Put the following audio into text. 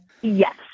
Yes